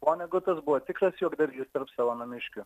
vonegutas buvo tikras juokdarys tarp savo namiškių